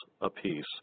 apiece